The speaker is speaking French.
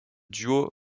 duo